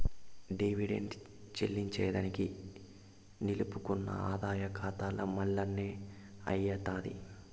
dividend చెల్లింజేదానికి నిలుపుకున్న ఆదాయ కాతాల మల్లనే అయ్యితాది